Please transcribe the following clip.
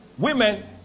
women